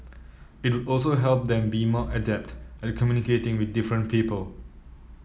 it would also help them be more adept at communicating with different people